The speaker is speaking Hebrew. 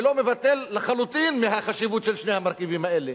אני לא מבטל לחלוטין את החשיבות של שני המרכיבים האלה,